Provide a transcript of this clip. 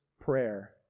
prayer